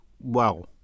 wow